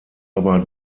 aber